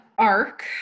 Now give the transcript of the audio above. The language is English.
arc